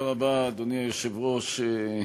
אדוני היושב-ראש,